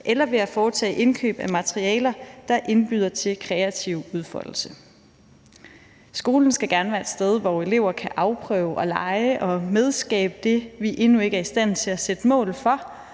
eller at foretage indkøb af materialer, der indbyder til kreativ udfoldelse. Skolen skal gerne være et sted, hvor elever kan afprøve og lege og medskabe det, vi endnu ikke er i stand til at sætte mål for,